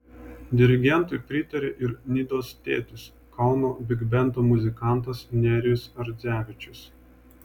dirigentui pritarė ir nidos tėtis kauno bigbendo muzikantas nerijus ardzevičius